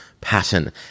pattern